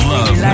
Love